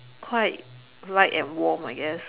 quite light and warm I guess